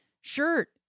shirt